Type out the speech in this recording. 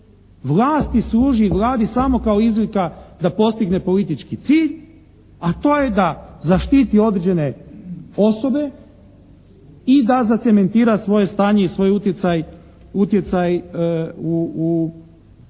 vlasti služi i Vladi samo kao izlika da postigne politički cilj, a to je da zaštiti određene osobe i da zacementira svoje stanje i svoj utjecaj u državnoj